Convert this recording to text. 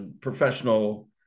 Professional